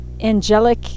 angelic